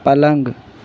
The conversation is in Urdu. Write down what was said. پلنگ